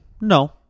No